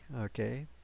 Okay